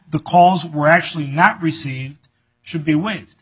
the calls were actually not received should be wa